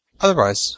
Otherwise